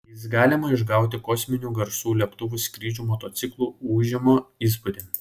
jais galima išgauti kosminių garsų lėktuvų skrydžių motociklų ūžimo įspūdį